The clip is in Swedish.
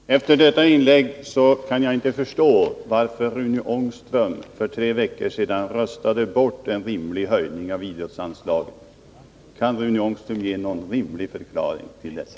Herr talman! Efter detta inlägg kan jag inte förstå varför Rune Ångström för tre veckor sedan röstade bort en rimlig höjning av idrottsanslaget. Kan Rune Ångström ge någon rimlig förklaring till detta?